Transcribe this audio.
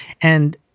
And-